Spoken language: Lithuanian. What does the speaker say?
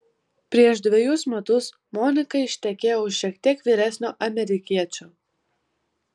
prieš dvejus metus monika ištekėjo už šiek tiek vyresnio amerikiečio